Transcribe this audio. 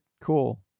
Cool